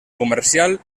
comercial